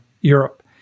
Europe